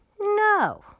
No